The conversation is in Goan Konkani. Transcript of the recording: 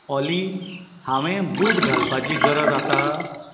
ऑली हांवें बूट घालपाची गरज आसा